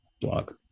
blog